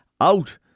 out